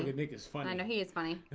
niggas fun i know he is funny